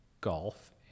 golf